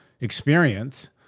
experience